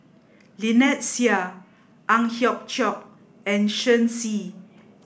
Lynnette Seah Ang Hiong Chiok and Shen Xi